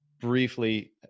briefly